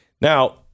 Now